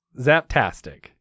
Zaptastic